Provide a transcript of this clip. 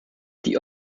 die